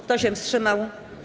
Kto się wstrzymał?